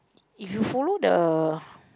if you follow the